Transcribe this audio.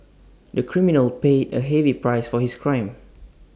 the criminal paid A heavy price for his crime